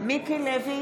מיקי לוי,